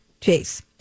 Jace